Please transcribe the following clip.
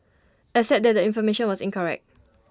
except that the information was incorrect